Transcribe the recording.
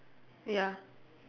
ya